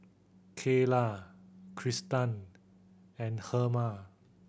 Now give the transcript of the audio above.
Cayla Kristan and Herma